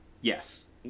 Yes